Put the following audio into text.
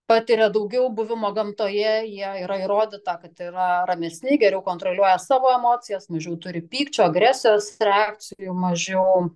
patiria daugiau buvimo gamtoje jie yra įrodyta kad yra ramesni geriau kontroliuoja savo emocijas mažiau turi pykčio agresijos trakcijų mažiau